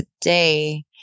today